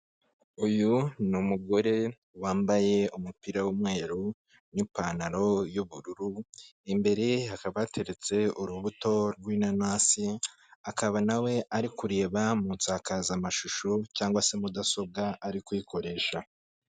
Uyu ni umugore wambaye umupira w'umweru, n'pantaro y'ubururu, imbere ye hakaba hateretse urubuto rw'inanasi, akaba nawe ari kureba mu nsakazamashusho, cyangwa se mudasobwa ari kuyikoresha